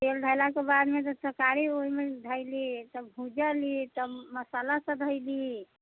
तेल धैलाके बादमे तरकारी ओहिमे धैली तब भुजली तब मसाला सब धैली